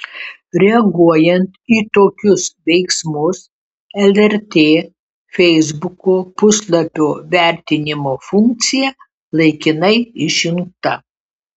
reaguojant į tokius veiksmus lrt feisbuko puslapio vertinimo funkcija laikinai išjungta